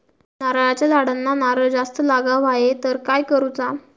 नारळाच्या झाडांना नारळ जास्त लागा व्हाये तर काय करूचा?